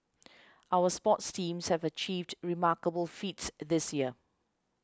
our sports teams have achieved remarkable feats this year